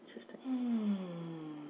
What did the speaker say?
interesting